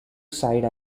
side